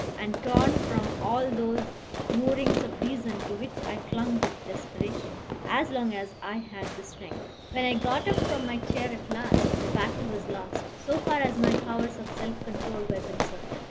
and torn from all those moorings of reason to which i clung with desperation, as long as i had the strength. when i got up from my chair at last, the battle was lost, so far as my powers of self-control were concerned.